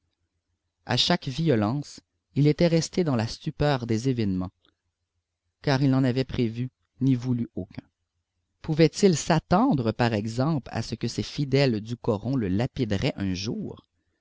a chaque violence il était resté dans la stupeur des événements car il n'en avait prévu ni voulu aucun pouvait-il s'attendre par exemple à ce que ses fidèles du coron le lapideraient un jour